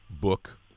book